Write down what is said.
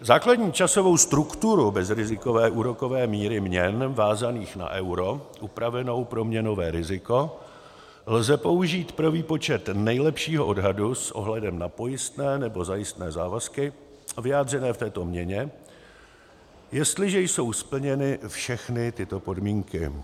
Základní časovou strukturu bezrizikové úrokové míry měn vázaných na euro upravenou pro měnové riziko lze použít pro výpočet nejlepšího odhadu s ohledem na pojistné nebo zajistné závazky vyjádřené v této měně, jestliže jsou splněny všechny tyto podmínky: